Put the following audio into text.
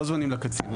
לא זמנים לקצין.